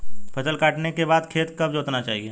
फसल काटने के बाद खेत कब जोतना चाहिये?